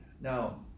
now